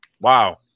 Wow